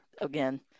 again